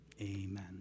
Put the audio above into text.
Amen